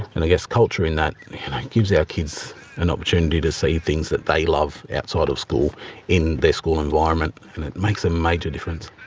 and i guess culture in that gives our kids an opportunity to see things that they love outside of school in their school environment and it makes a major difference.